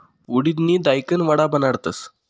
उडिदनी दायकन वडा बनाडतस